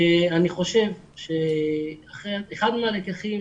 אני חושב שאחד הלקחים